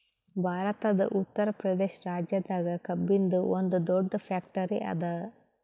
ಭಾರತದ್ ಉತ್ತರ್ ಪ್ರದೇಶ್ ರಾಜ್ಯದಾಗ್ ಕಬ್ಬಿನ್ದ್ ಒಂದ್ ದೊಡ್ಡ್ ಫ್ಯಾಕ್ಟರಿ ಅದಾ